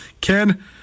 Ken